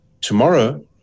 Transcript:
tomorrow